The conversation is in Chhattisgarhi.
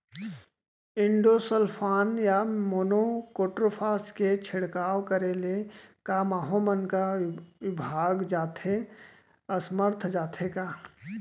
इंडोसल्फान या मोनो क्रोटोफास के छिड़काव करे ले क माहो मन का विभाग जाथे या असमर्थ जाथे का?